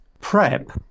PrEP